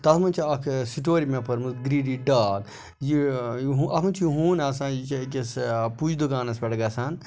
تَتھ منٛز چھِ اَکھ سٹوری مےٚ پھٔرمٕژ گرٛیٖڈی ڈاگ یہِ اَتھ منٛز چھُ یہِ ہوٗن آسان یہِ چھِ أکِس پُج دُکانَس پٮ۪ٹھ گَژھان